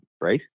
right